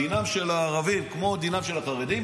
דינם של הערבים כמו דינם של החרדים,